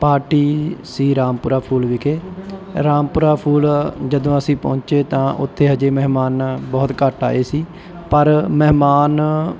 party ਸੀ ਰਾਮਪੁਰਾ ਫੂਲ ਵਿਖੇ ਰਾਮਪੁਰਾ ਫੂਲ ਜਦੋਂ ਅਸੀਂ ਪਹੁੰਚੇ ਤਾਂ ਉੱਥੇ ਅਜੇ ਮਹਿਮਾਨ ਬਹੁਤ ਘੱਟ ਆਏ ਸੀ ਪਰ ਮਹਿਮਾਨ